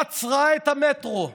עצרה את המטרו.